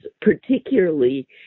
particularly